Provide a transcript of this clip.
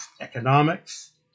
economics